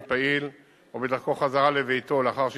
פעיל או בדרכו חזרה לביתו לאחר שהשתחרר,